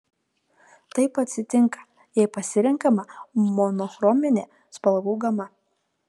taip atsitinka jei pasirenkama monochrominė spalvų gama